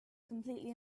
completely